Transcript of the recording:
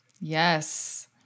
Yes